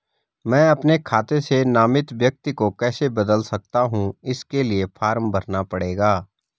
मैं अपने खाते से नामित व्यक्ति को कैसे बदल सकता हूँ इसके लिए फॉर्म भरना पड़ेगा?